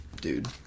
Dude